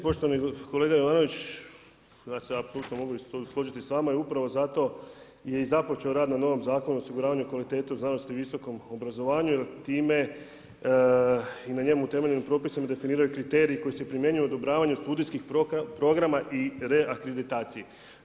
Poštovani kolega Jovanović, ja se apsolutno mogu isto složiti s vama i upravo zato je i započeo rad na novom Zakonu o osiguravanju kvalitete u znanosti i visokom obrazovanju jer time i na njemu utemeljenim propisima definiraju se kriteriji koji se primjenjuju odobravanju studijskih programa i reakreditaciji.